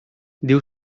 diu